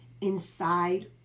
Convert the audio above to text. inside